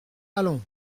allons